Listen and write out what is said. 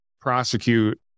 prosecute